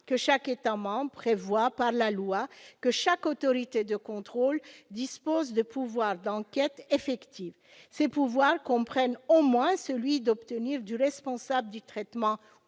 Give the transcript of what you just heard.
que « chaque État membre prévoit, par la loi, que chaque autorité de contrôle dispose de pouvoirs d'enquête effectifs. Ces pouvoirs comprennent au moins celui d'obtenir du responsable du traitement